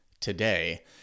today